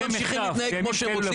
הם ממשיכים להתנהג כמו שהם רוצים,